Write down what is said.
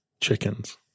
chickens